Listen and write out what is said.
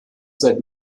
seit